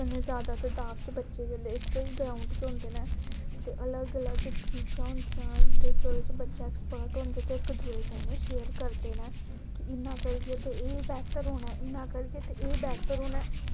कन्नै जादा तदाद च बच्चे जेल्लै इक ग्राउंड च होंदे न ते अलग अलग चीज़ां होंदियां न ते जेहदे च बच्चे ऐक्सपर्ट होंदे ते इक दूए कन्नै शेयर करदे न कि इ'यां करगे ते एह् बेह्तर होना ऐ इ'यां करगे ते एह् बेह्तर होना ऐ